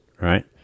right